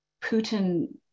Putin